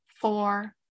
four